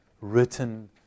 written